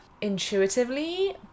intuitively